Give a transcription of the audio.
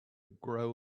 grow